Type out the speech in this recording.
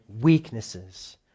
Weaknesses